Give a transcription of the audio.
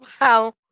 Wow